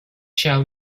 shall